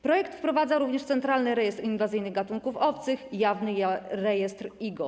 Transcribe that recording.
Projekt ustawy wprowadza również centralny rejestr inwazyjnych gatunków obcych, jawny rejestr IGO.